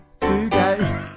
today